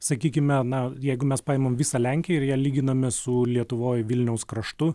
sakykime na jeigu mes paimam visą lenkiją ir ją lyginame su lietuvoj vilniaus kraštu